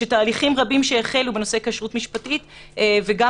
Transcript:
שתהליכים רבים שהחלו בנושא כשרות משפטית וגם